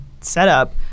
setup